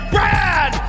Brad